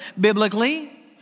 biblically